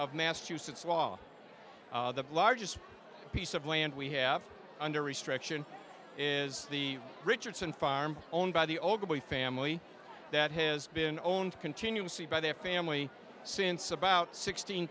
of massachusetts law the largest piece of land we have under restriction is the richardson farm owned by the o b family that has been owned continuously by their family since about sixteen